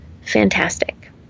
fantastic